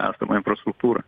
esamą infrastruktūrą